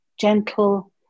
gentle